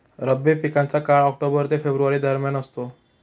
रब्बी पिकांचा काळ ऑक्टोबर ते फेब्रुवारी दरम्यान असतो